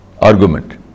argument